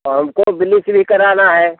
हमको ब्लीच भी कराना है